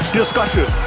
discussion